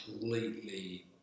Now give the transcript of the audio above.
completely